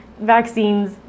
vaccines